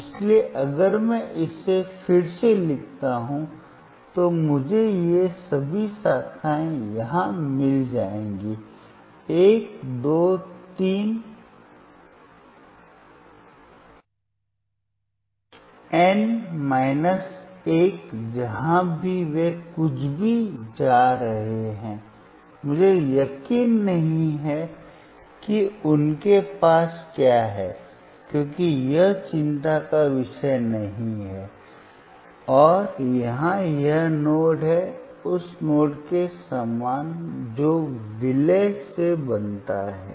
इसलिए अगर मैं इसे फिर से लिखता हूं तो मुझे ये सभी शाखाएं यहां मिल जाएंगी एक दो तीन एन एक जहां भी वे कुछ भी जा रहे हैं मुझे यकीन नहीं है कि उनके पास क्या है क्योंकि यह चिंता का विषय नहीं है और यहां यह नोड है उस नोड के समान जो विलय से बनता है